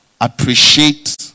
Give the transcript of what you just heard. appreciate